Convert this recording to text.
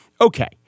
Okay